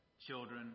children